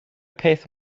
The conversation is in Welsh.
peth